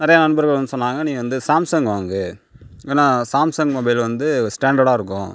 நிறைய நண்பர்கள் வந்து சொன்னாங்க நீ வந்து சாம்சங் வாங்கு ஏனால் சாம்சங் மொபைல் வந்து ஸ்டாண்டர்டா இருக்கும்